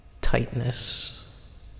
Tightness